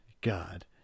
God